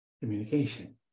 communication